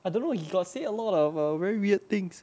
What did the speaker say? I don't know he got say a lot of a very weird things